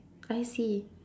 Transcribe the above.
I see